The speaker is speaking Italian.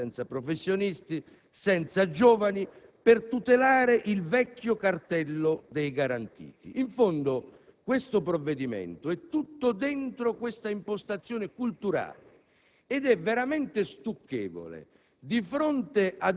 sociale con la vecchia Triplice, senza autonomi, senza professionisti, senza giovani, per tutelare il vecchio cartello dei garantiti. In fondo, questo provvedimento è tutto dentro questa impostazione culturale.